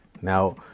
Now